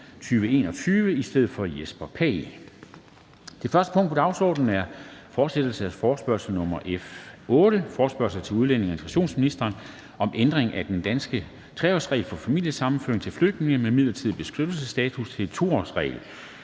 2021 i stedet for Jesper Pagh. --- Det første punkt på dagsordenen er: 1) Fortsættelse af forespørgsel nr. F 8 [afstemning]: Forespørgsel til udlændinge- og integrationsministeren om ændring af den danske 3-årsregel for familiesammenføring til flygtninge med midlertidig beskyttelsesstatus til en 2-årsregel.